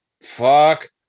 fuck